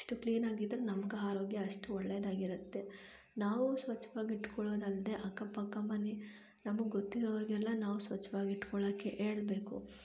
ಇಷ್ಟು ಕ್ಲೀನ್ ಆಗಿದ್ದರೆ ನಮ್ಗೆ ಆರೋಗ್ಯ ಅಷ್ಟು ಒಳ್ಳೇದಾಗಿರತ್ತೆ ನಾವೂ ಸ್ವಚ್ಛವಾಗಿ ಇಟ್ಕೊಳ್ಳೋದಲ್ದೆ ಅಕ್ಕಪಕ್ಕ ಮನೆ ನಮಗೆ ಗೊತ್ತಿರೋರಿಗೆಲ್ಲ ನಾವು ಸ್ವಚ್ಛವಾಗಿ ಇಟ್ಕೊಳಕ್ಕೆ ಹೇಳಬೇಕು